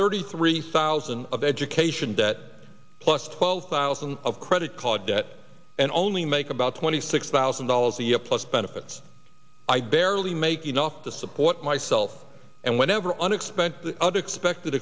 thirty three thousand of education debt plus twelve thousand of credit card debt and only make about twenty six thousand dollars a year plus benefits i barely make enough to support myself and whenever unexpected other expected